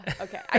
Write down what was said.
Okay